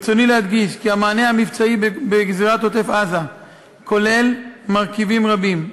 ברצוני להדגיש כי המענה המבצעי בגזרת עוטף-עזה כולל מרכיבים רבים,